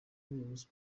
ubushobozi